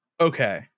Okay